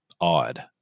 odd